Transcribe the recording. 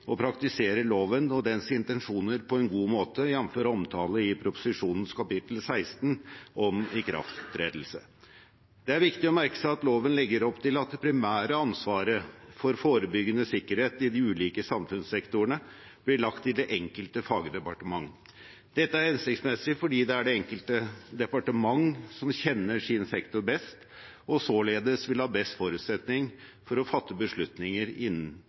å praktisere loven og dens intensjoner på en god måte, jf. omtale i proposisjonens kapittel 16, om ikrafttredelse. Det er viktig å merke seg at loven legger opp til at det primære ansvaret for forebyggende sikkerhet i de ulike samfunnssektorene blir lagt til det enkelte fagdepartement. Dette er hensiktsmessig fordi det er det enkelte departement som kjenner sin sektor best, og således vil ha best forutsetning for å fatte beslutninger